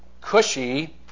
cushy